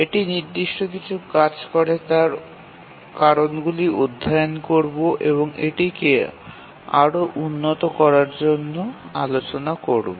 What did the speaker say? এটি নির্দিষ্ট কিছু কাজ করে তার কারণগুলি অধ্যয়ন করব এবং এটিকে আরও উন্নত করার জন্য আলোচনা করব